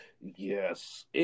Yes